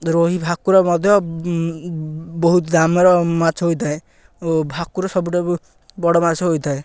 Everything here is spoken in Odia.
ରୋହୀ ଭାକୁର ମଧ୍ୟ ବହୁତ ଦାମ୍ର ମାଛ ହୋଇଥାଏ ଓ ଭାକୁର ସବୁଠାରୁ ବଡ଼ ମାଛ ହୋଇଥାଏ